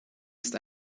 ist